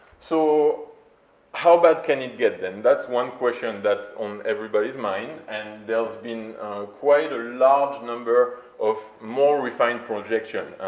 so how bad can it get, then? that's one question that's on everybody's mind, and there's been quite a large number of more refined projection,